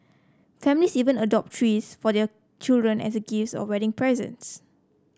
families even adopt trees for their children as gifts or wedding presents